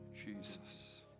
Jesus